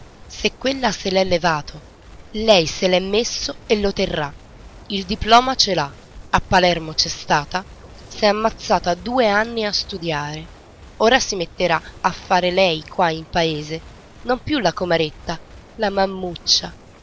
se quella se l'è levato lei se l'è messo e lo terrà il diploma ce l'ha a palermo c'è stata s'è ammazzata due anni a studiare ora si metterà a far lei qua in paese non più la comaretta la mammanuccia